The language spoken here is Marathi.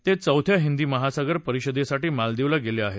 ते चौथ्या हिंदी महासागर परिषदेसाठी मालदीवला गेले आहेत